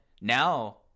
now